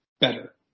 better